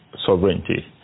sovereignty